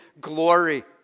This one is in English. glory